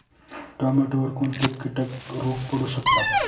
टोमॅटोवर कोणते किटक रोग पडू शकतात?